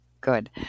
Good